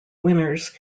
winners